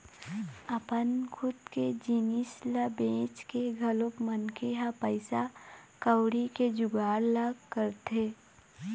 अपन खुद के जिनिस ल बेंच के घलोक मनखे ह पइसा कउड़ी के जुगाड़ ल करथे